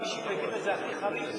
נגיד את זה הכי חריף,